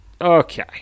Okay